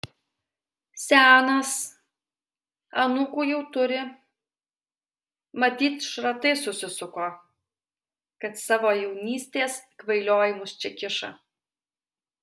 senas anūkų jau turi matyt šratai susisuko kad savo jaunystės kvailiojimus čia kiša